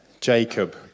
Jacob